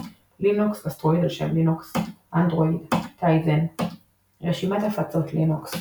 לינוקס – אסטרואיד על שם לינוקס אנדרואיד טייזן רשימת הפצות לינוקס